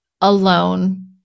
alone